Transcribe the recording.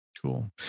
Cool